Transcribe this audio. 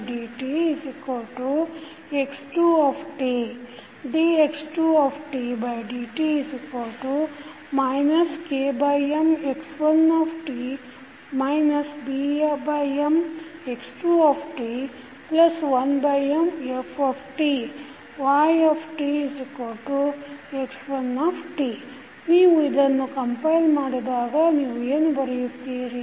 dx1dtx2 dx2dt KMx1t BMx2t1Mft ytx1t ನೀವು ಇದನ್ನು compile ಮಾಡಿದಾಗ ನೀವು ಏನು ಬರೆಯುತ್ತೀರಿ